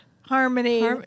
Harmony